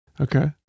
Okay